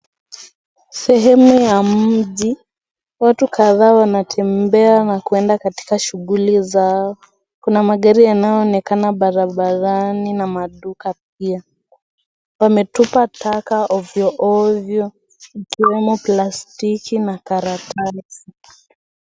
Sehemu ya mji watu kadhaa wanatembea kuenda katika shughuli zao kuna magari yanayoonekana barabarani na maduka pia wametupa taka ovyo ovyo zikiwemo plastiki na karatasi.